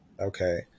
Okay